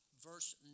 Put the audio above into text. Verse